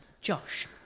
Josh